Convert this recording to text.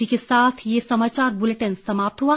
इसी के साथ ये समाचार बुलेटिन समाप्त हुआ